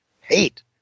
Hate